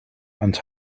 and